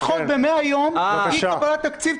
אי-אפשר לדחות ב-100 יום אי קבלת תקציב.